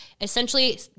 essentially